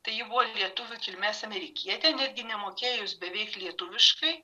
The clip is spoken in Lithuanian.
tai ji buvo lietuvių kilmės amerikietė netgi nemokėjus beveik lietuviškai